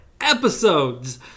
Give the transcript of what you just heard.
episodes